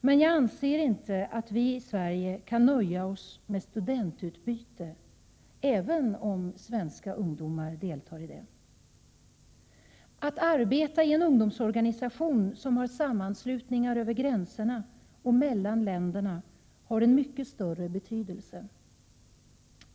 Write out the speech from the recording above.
Men vi kan inte nöja oss med studentutbyte, även om svenska ungdomar deltar i det. Att arbeta i en ungdomsorganisation som har en mycket större betydelse.